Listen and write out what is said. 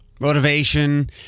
Motivation